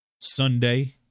Sunday